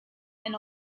and